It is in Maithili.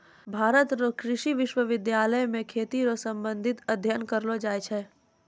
भारत रो कृषि विश्वबिद्यालय मे खेती रो संबंधित अध्ययन करलो जाय छै